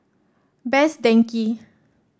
Best Denki